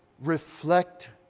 reflect